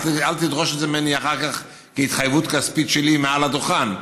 אל תדרוש את זה ממני אחר כך כהתחייבות כספית שלי מעל הדוכן,